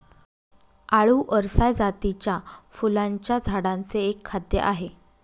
आळु अरसाय जातीच्या फुलांच्या झाडांचे एक खाद्य आहे